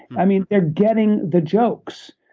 i mean they're getting the jokes.